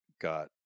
got